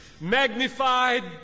magnified